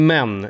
Men